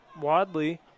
Wadley